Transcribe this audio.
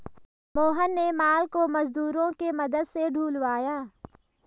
मोहन ने माल को मजदूरों के मदद से ढूलवाया